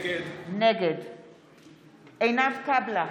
נגד עינב קאבלה,